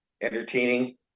entertaining